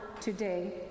today